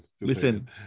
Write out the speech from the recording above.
listen